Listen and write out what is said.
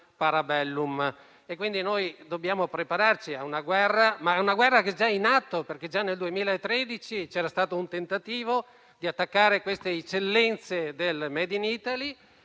quindi noi dobbiamo prepararci a una guerra che è già in atto, perché già nel 2013 c'era stato un tentativo di attaccare queste eccellenze del *made in Italy*;